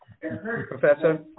Professor